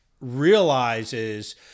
realizes –